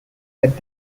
that